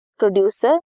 producer